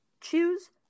choose